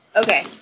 Okay